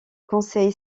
conseil